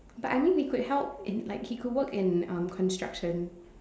but I mean we could help in like he could work in um construction